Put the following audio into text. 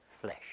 flesh